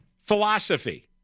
philosophy